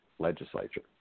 Legislature